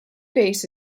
base